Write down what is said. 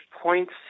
points